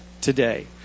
today